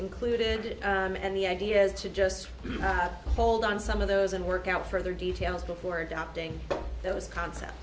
included and the idea is to just do not hold on some of those and work out further details before adopting those concepts